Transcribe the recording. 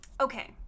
Okay